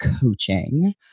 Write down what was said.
coaching